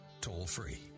toll-free